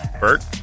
Bert